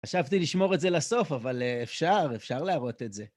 חשבתי לשמור את זה לסוף, אבל אפשר, אפשר להראות את זה.